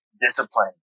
discipline